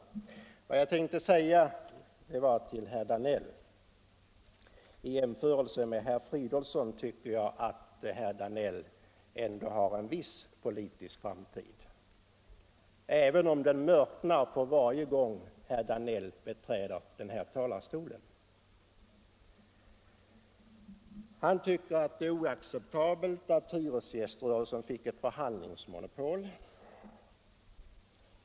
Vad jag tänkte säga till herr Danell är att han, i jämförelse med herr Fridolfsson, ändå har en viss politisk framtid, även om den mörknar för varje gång herr Danell beträder den här talarstolen. Han tycker att det är oacceptabelt att hyresgäströrelsen fick ett förhandlingsmonopol.